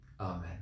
Amen